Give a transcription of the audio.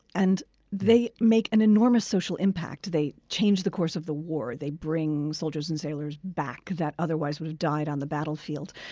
and they make an enormous social impact. they change the course of the war. they bring soldiers and sailors back that otherwise would have died on the battlefield.